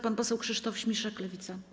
Pan poseł Krzysztof Śmiszek, Lewica.